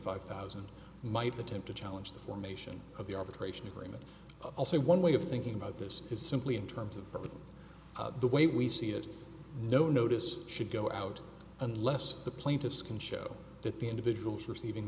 five thousand might attempt to challenge the formation of the arbitration agreement i'll say one way of thinking about this is simply in terms of but with the way we see it no notice should go out unless the plaintiffs can show that the individuals receiving